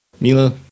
Mila